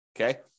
Okay